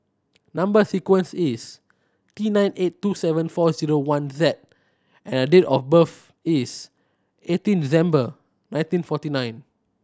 number sequence is T nine eight two seven four zero one Z and date of birth is eighteen December nineteen forty nine